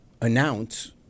announce